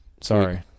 Sorry